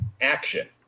action